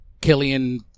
Killian